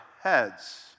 heads